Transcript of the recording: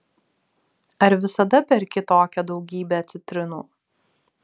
ar visada perki tokią daugybę citrinų